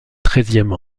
treizième